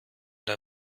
der